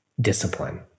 discipline